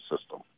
system